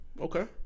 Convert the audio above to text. Okay